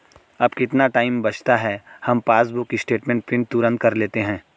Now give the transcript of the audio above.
अब कितना टाइम बचता है, हम पासबुक स्टेटमेंट प्रिंट तुरंत कर लेते हैं